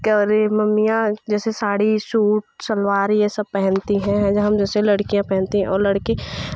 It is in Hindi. कि अरे मम्मियाँ जैसे साड़ी शूट सलवार ये सब पहनती हैं हम जैसे लड़कियाँ पहनती हैं और लड़की